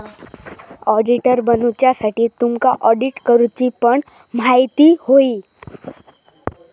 auditor बनुच्यासाठी तुमका audit करूची पण म्हायती होई